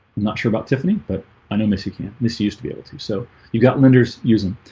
not sure about but i know miss you can't miss you used to be able to so you got lenders using